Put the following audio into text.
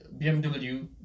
BMW